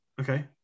Okay